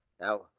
Now